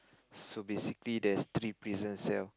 so basically there's three prison cell